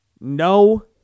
No